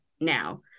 now